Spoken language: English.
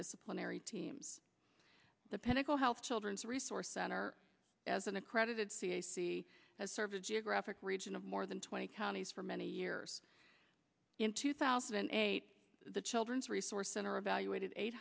disciplinary teams the pentagon health children's resource center as an accredited cac has served a geographic region of more than twenty counties for many years in two thousand and eight the children's resource center evaluated eight